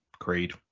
creed